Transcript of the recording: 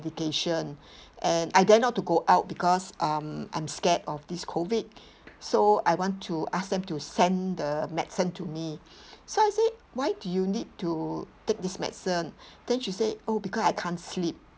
medication and I dare not to go out because um I'm scared of this COVID so I want to ask them to send the medicine to me so I said why do you need to take this medicine then she say oh because I can't sleep